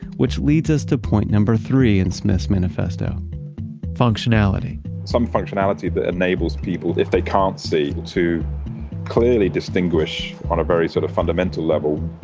which leads us to point three in smith's manifesto functionality some functionality that enables people if they can't see, to clearly distinguish on a very sort of fundamental level,